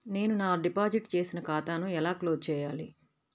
నేను నా డిపాజిట్ చేసిన ఖాతాను ఎలా క్లోజ్ చేయాలి?